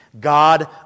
God